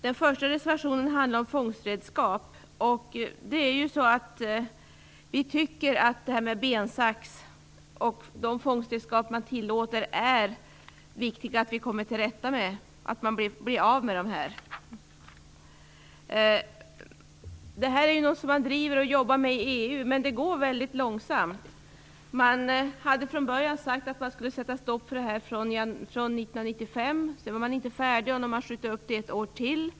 Den första reservation jag tänker beröra handlar om fångstredskap. Vi tycker att det är viktigt att vi kommer till rätta med bensax och liknande fångstredskap, att vi blir av med dem. Det här är något som man jobbar med i EU, men det går väldigt långsamt. Det sades från början att man skulle sätta stopp för det 1995. Men då var man inte färdig och sköt upp det ett år till.